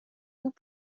goût